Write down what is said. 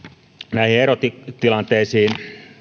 näihin erotilanteisiin